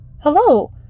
hello